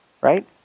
right